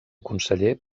conseller